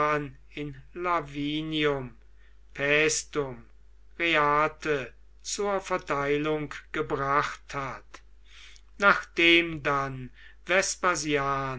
in lavinium paestum reate zur verteilung gebracht hat nachdem dann